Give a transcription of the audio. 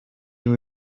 you